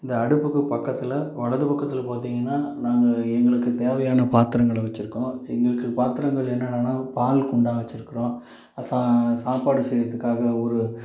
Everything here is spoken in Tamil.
இந்த அடுப்புக்கு பக்கத்தில் வலது பக்கத்தில் பார்த்தீங்கன்னா நாங்கள் எங்களுக்கு தேவையான பாத்திரங்களை வச்சிருக்கோம் எங்களுக்கு பாத்திரங்கள் என்னென்னன்னா பால் குண்டா வச்சிருக்கறோம் சா சாப்பாடு செய்கிறதுக்காக ஒரு